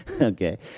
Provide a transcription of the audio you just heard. Okay